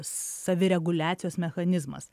savireguliacijos mechanizmas